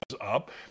up